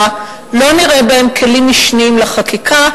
ולא נראה בהם כלים משניים לחקיקה,